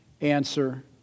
answer